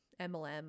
mlm